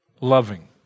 loving